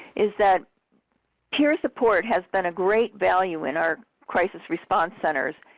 is that peer support has been a great value in our crisis response centers.